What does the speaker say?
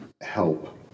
help